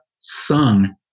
sung